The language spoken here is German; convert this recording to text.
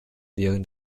während